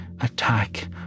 attack